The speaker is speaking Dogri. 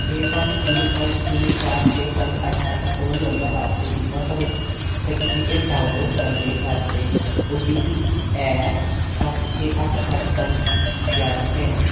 छे पंज तिन्न पंज शून्य चार छे पंज अट्ठ अट्ठ फोन नंबर आस्तै टीकाकरण सर्टिफिकेट डाउनलोड करने आस्तै ओ टी पी ऐ सत्त छे अट्ठ पंज पंज ग्यारां ऐ